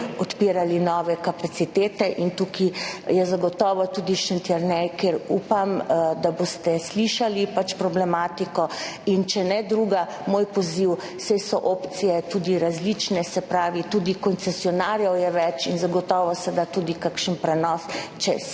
odpirali nove kapacitete. Tukaj je zagotovo tudi Šentjernej, kjer upam, da boste slišali problematiko. In če ne drugega, moj poziv, saj so opcije tudi različne, se pravi tudi koncesionarjev je več in zagotovo se da tudi kakšen prenos, če